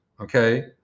okay